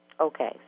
Okay